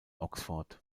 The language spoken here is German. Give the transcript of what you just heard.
oxford